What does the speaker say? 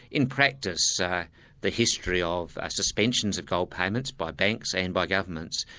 in practice the history of suspensions of gold payments by banks and by governments,